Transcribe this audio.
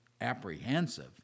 apprehensive